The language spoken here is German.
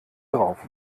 drauf